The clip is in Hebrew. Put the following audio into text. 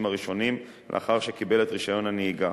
הראשונים לאחר שקיבל את רשיון הנהיגה,